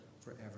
forever